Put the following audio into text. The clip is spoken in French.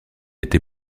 été